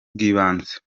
bw’ibanze